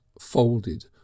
folded